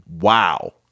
Wow